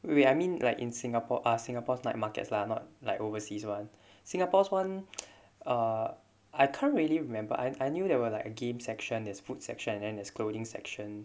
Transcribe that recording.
wait I mean like in singapore uh singapore's night markets lah not like overseas one singapore's one uh I can't really remember I I knew there were like a game section there's food section and then there's clothing section